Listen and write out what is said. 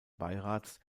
beirats